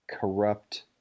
corrupt